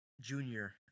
Junior